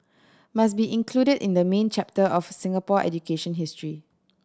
must be included in the main chapter of Singapore education history